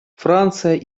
франция